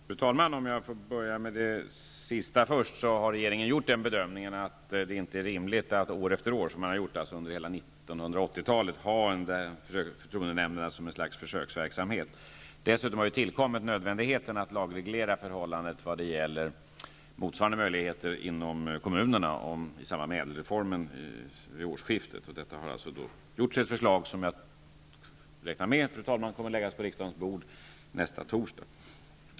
Fru talman! Låt mig börja med det som sades sist. Regeringen har gjort bedömningen att det inte är rimligt att år efter år, som har skett under hela 1980 talet, ha förtroendenämnderna som ett slags försöksverksamhet. Dessutom har tillkommit nödvändigheten av att lagreglera förhållandet vad gäller motsvarande möjligheter inom kommunerna i samband med ÄDEL-reformen vid årsskiftet. Ett förslag har utarbetats, och jag räknar med att det kommer att läggas på riksdagens bord nästa torsdag.